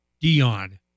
Dion